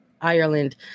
Ireland